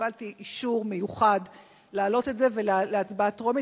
קיבלתי אישור מיוחד להעלות את זה להצבעה טרומית